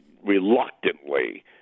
reluctantly